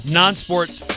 non-sports